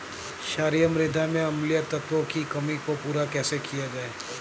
क्षारीए मृदा में अम्लीय तत्वों की कमी को पूरा कैसे किया जाए?